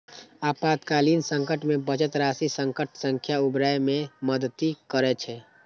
आपातकालीन संकट मे बचत राशि संकट सं उबरै मे मदति करै छै